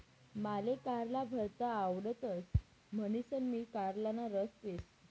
माले कारला भरता आवडतस म्हणीसन मी कारलाना रस पेस